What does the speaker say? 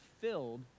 filled